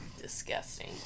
Disgusting